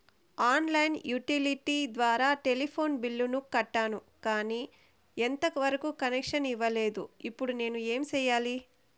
On line utility ద్వారా telephone bill కట్టాను, కానీ ఎంత వరకు కనెక్షన్ ఇవ్వలేదు, ఇప్పుడు నేను ఏమి సెయ్యాలి?